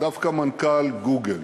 דווקא מנכ"ל "גוגל",